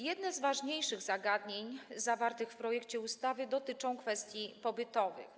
Jedno z ważniejszych zagadnień ujętych w projekcie ustawy dotyczy kwestii pobytowych.